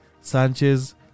Sanchez